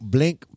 Blink